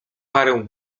parę